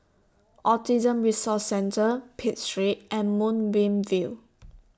Autism Resource Centre Pitt Street and Moonbeam View